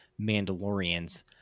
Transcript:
mandalorians